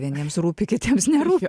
vieniems rūpi kitiems nerūpi